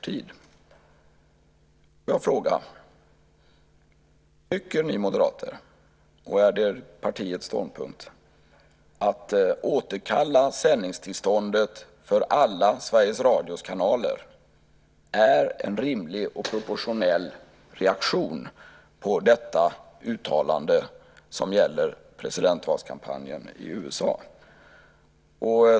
Tycker ni moderater, och är det partiets ståndpunkt, att återkalla sändningstillståndet för alla Sveriges Radios kanaler är en rimlig och proportionell reaktion på detta uttalande som gäller presidentvalskampanjen i USA?